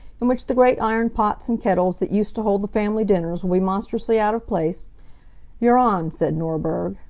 in which the great iron pots and kettles that used to hold the family dinners will be monstrously out of place you're on, said norberg.